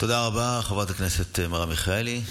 תודה רבה, חברת הכנסת מרב מיכאלי.